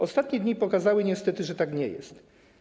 Ostatnie dni pokazały niestety, że tak nie jest.